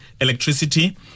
electricity